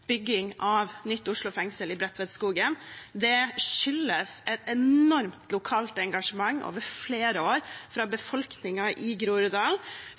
bygging av nytt Oslo fengsel i Bredtvedtskogen. Det skyldes et enormt lokalt engasjement over flere år fra befolkningen i